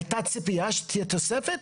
הייתה ציפייה שתהיה תוספת?